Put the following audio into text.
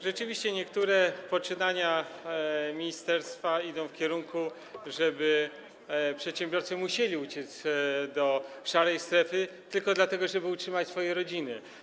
Rzeczywiście niektóre poczynania ministerstwa idą w takim kierunku, żeby przedsiębiorcy musieli uciec do szarej strefy - tylko po to, by utrzymać swoje rodziny.